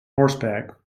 horseback